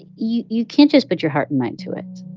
you you can't just put your heart and mind to it.